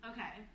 Okay